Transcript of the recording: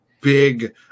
big